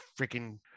freaking